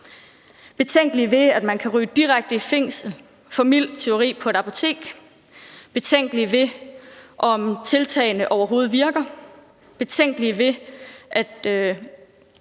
betænkelige ved, at man kan ryge direkte i fængsel for mildt tyveri på et apotek. Vi er betænkelige ved, om tiltagene overhovedet virker. Vi er betænkelige ved, at